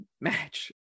match